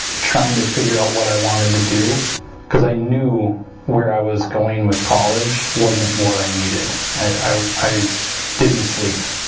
trying to figure out what i wanted to do because i knew where i was going with college wasn't what i needed i i didn't sleep